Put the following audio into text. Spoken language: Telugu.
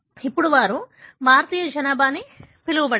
ఇప్పుడు వారు భారతీయ జనాభా అని పిలవబడ్డారు